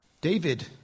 David